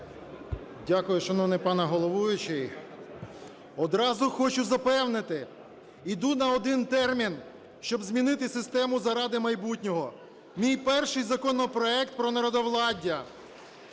Дякую, шановний пане головуючий. "Одразу хочу запевнити: іду на один термін, щоб змінити систему заради майбутнього. Мій перший законопроект – про народовладдя.